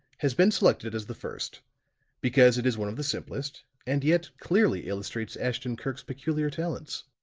has been selected as the first because it is one of the simplest, and yet clearly illustrates ashton-kirk's peculiar talents.